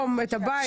9 ההשגה נדחתה.